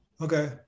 Okay